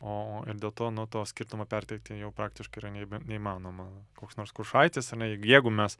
o ir dėl to nu to skirtumo perteikti jau praktiškai yra nebe neįmanoma koks nors kuršaitis ar ne jeigu mes